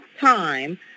time